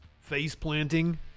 face-planting